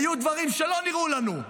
היו דברים שלא נראו לנו,